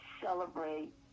celebrate